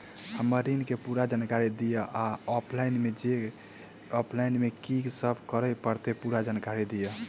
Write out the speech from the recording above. हम्मर ऋण केँ पूरा जानकारी दिय आ ऑफलाइन मे की सब करऽ पड़तै पूरा जानकारी दिय?